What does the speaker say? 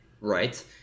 right